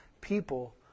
people